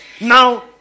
Now